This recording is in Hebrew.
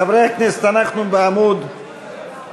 חברי הכנסת, אנחנו בעמוד 1428,